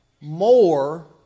more